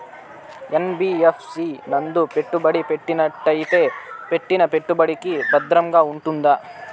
NBFC నందు పెట్టుబడి పెట్టినట్టయితే పెట్టిన పెట్టుబడికి భద్రంగా ఉంటుందా?